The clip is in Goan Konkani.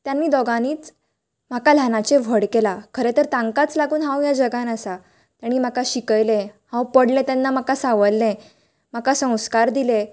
त्यानी दोगानीच म्हाका ल्हानाची व्हड केला खरें तर तांकांच लागून हांव ह्या जगांत आसात आनी म्हाका शिकयलें हांव पडलें तेन्ना म्हाका सावरलें म्हाका संस्कार दिले